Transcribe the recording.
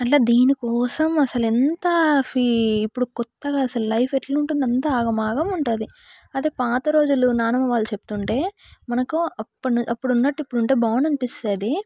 అట్లా దీనికోసం అసలు ఎంత ఫీ ఇప్పుడు కొత్తగా అసలు లైఫ్ ఎట్ల ఉంటుంది అంత ఆగమాగం ఉంటుంది అదే పాత రోజులలో నాన్నమ్మ వాళ్ళు చెప్తుంటే మనకు అప్పుడు అప్పుడు ఉన్నట్టు ఇప్పుడు ఉంటే బాగున్నా అనిపిస్తుంది